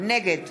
נגד